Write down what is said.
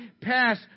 pass